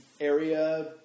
area